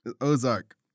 ozark